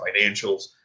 financials